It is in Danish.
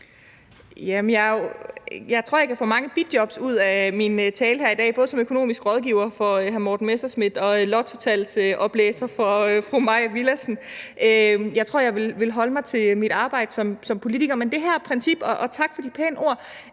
Jeg tror, jeg kan få mange bijobs ud af min tale her i dag, både som økonomisk rådgiver for hr. Morten Messerschmidt og som lottotalsoplæser for fru Mai Villadsen. Jeg tror, jeg vil holde mig til mit arbejde som politiker. Men det her princip – og tak for de pæne ord